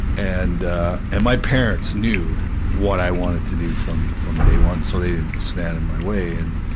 and ah, and my parents knew what i wanted to do from, from day one, so they didn't stand in my way, and,